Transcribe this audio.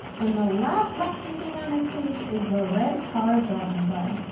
and the last wacky thing on this page is the red car driving by.